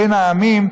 בין העמים,